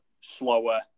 slower